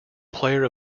player